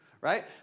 right